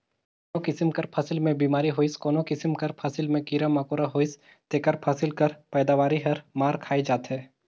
कोनो किसिम कर फसिल में बेमारी होइस कोनो किसिम कर फसिल में कीरा मकोरा होइस तेकर फसिल कर पएदावारी हर मार खाए जाथे